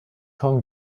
home